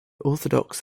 orthodox